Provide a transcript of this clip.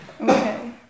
Okay